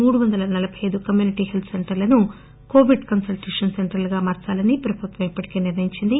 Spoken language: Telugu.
మూడు వందల నలబై ఐదు కమ్యూనిటీ హెల్త్ సెంటర్లను కోవిడ్ కన్సల్టేషన్ సెంటర్లుగా మార్చాలని ప్రభుత్వం ఇప్పటికే నిర్ణయించింది